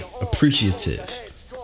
appreciative